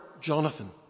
Jonathan